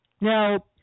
Now